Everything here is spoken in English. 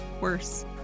worse